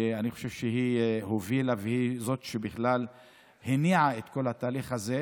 ואני חושב שהיא הובילה והיא זו שבכלל הניעה את כל התהליך הזה,